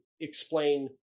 explain